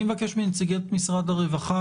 אני מבקש מנציגת משרד הרווחה,